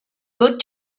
good